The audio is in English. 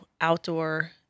outdoor